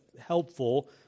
helpful